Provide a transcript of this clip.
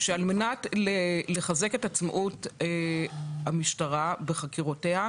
שכדי לחזק את עצמאות המשטרה בחקירותיה,